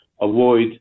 avoid